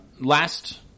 last